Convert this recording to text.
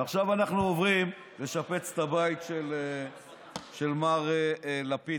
ועכשיו אנחנו עוברים לשפץ את הבית של מר לפיד,